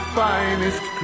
finest